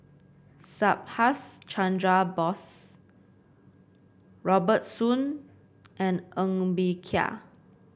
Subhas Chandra Bose Robert Soon and Ng Bee Kia